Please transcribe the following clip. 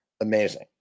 Amazing